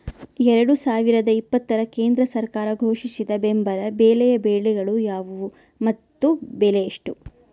ಎರಡು ಸಾವಿರದ ಇಪ್ಪತ್ತರ ಕೇಂದ್ರ ಸರ್ಕಾರ ಘೋಷಿಸಿದ ಬೆಂಬಲ ಬೆಲೆಯ ಬೆಳೆಗಳು ಯಾವುವು ಮತ್ತು ಬೆಲೆ ಎಷ್ಟು?